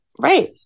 right